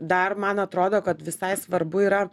dar man atrodo kad visai svarbu yra